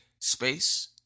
space